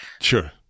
Sure